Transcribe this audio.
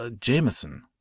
Jameson